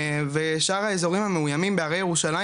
ושאר האזורים המאוימים בהרי ירושלים,